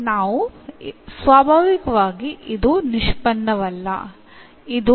ಇದು ಸ್ವಾಭಾವಿಕವಾಗಿ ನಿಷ್ಪನ್ನವಲ್ಲ